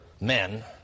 men